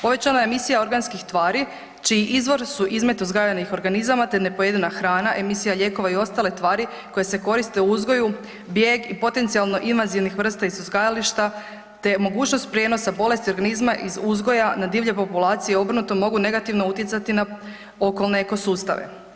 Povećana je misija organskih tvari čiji izvor su izmet uzgajanih organizama, te nepojedena hrana, emisija lijekova i ostale tvari koje se koriste u uzgoju, bijeg i potencijalno invazivnih vrsta iz uzgajališta, te mogućnost prijenosa bolesti organizma iz uzgoja na divlje populacije i obrnuto mogu negativno utjecati na okolne eko sustave.